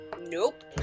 Nope